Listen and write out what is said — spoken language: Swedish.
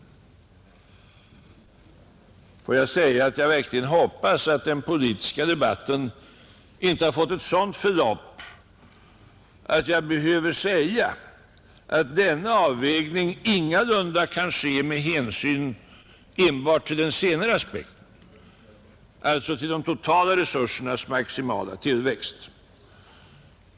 Jag hoppas verkligen att den politiska debatten inte har urartat på ett sådant sätt att jag behöver säga att denna avvägning ingalunda kan ske med hänsyn enbart till den senare aspekten: de totala resursernas maximala tillväxt.